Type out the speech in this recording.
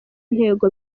ntego